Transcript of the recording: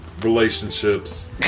relationships